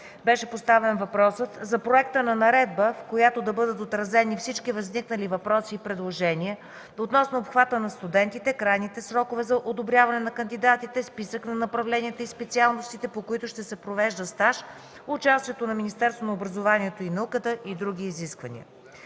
Беше поставен въпросът за проекта на наредба, в която да бъдат отразени всички възникнали въпроси и предложения, относно обхвата на студентите, крайните срокове за одобряване на кандидатите, списък на направленията и специалностите, по които ще се провежда стаж, участието на Министерството на образованието и науката и други изисквания.